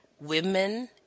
women